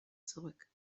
zurück